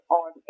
on